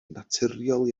naturiol